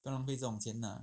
不能被这种艰难